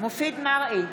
מופיד מרעי,